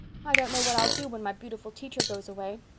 i don't know what i'll do when my beautiful teacher goes away.